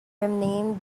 renamed